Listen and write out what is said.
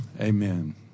amen